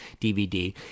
DVD